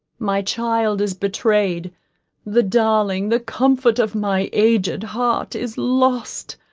my child is betrayed the darling, the comfort of my aged heart, is lost.